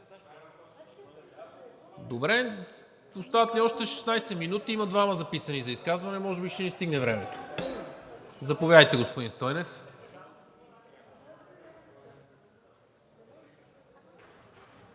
Добре, остават ни още 16 минути. Има двама записани за изказване, може би ще ни стигне времето. Заповядайте, господин Стойнев.